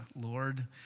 Lord